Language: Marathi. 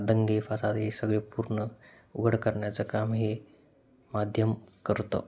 दंगे फसाद हे सगळे पूर्ण उघड करण्याचं काम हे माध्यम करतं